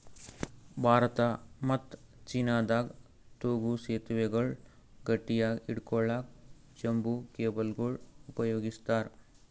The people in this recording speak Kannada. ಭಾರತ ಮತ್ತ್ ಚೀನಾದಾಗ್ ತೂಗೂ ಸೆತುವೆಗಳ್ ಗಟ್ಟಿಯಾಗ್ ಹಿಡ್ಕೊಳಕ್ಕ್ ಬಂಬೂ ಕೇಬಲ್ಗೊಳ್ ಉಪಯೋಗಸ್ತಾರ್